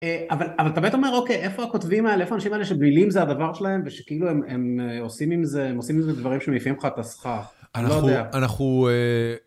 אבל אתה באמת אומר אוקיי, איפה הכותבים האלה, איפה האנשים האלה שמילים זה הדבר שלהם, ושכאילו הם עושים עם זה, הם עושים עם זה דברים שמעיפים לך את הסכך. אני לא יודע, אנחנו...